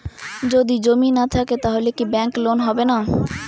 যদি জমি না থাকে তাহলে কি ব্যাংক লোন হবে না?